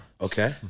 Okay